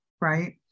right